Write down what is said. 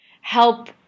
help